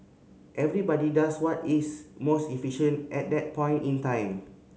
everybody does what is most efficient at that point in time